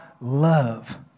love